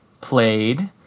played